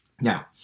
Now